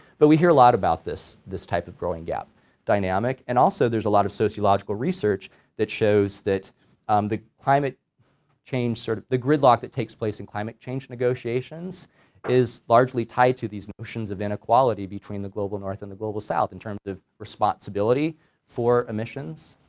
but we hear a lot about this this type of growing gap dynamic and also there's a lot of sociological research that shows that um the climate change sort of, the gridlock that takes place in climate change negotiations is largely tied to these notions of inequality between the global north and the global south in terms of responsibility for emissions,